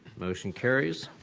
motion carries.